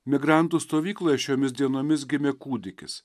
migrantų stovykloje šiomis dienomis gimė kūdikis